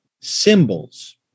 symbols